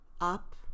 up